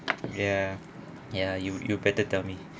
ya ya you you better tell me